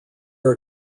are